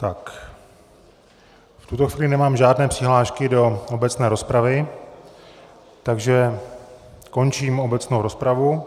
V tuto chvíli nemám žádné přihlášky do obecné rozpravy, takže končím obecnou rozpravu.